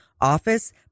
office